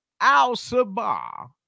Al-Sabah